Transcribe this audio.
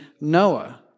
Noah